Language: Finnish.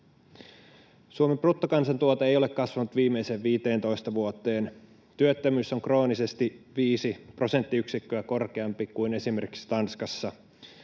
Suomen bruttokansantuote ei ole kasvanut viimeiseen 15 vuoteen, työttömyys on kroonisesti viisi prosenttiyksikköä korkeampi kuin esimerkiksi Tanskassa,